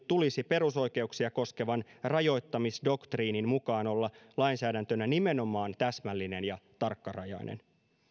tulisi perusoikeuksia koskevan rajoittamisdoktriinin mukaan olla lainsäädäntönä nimenomaan täsmällinen ja tarkkarajainen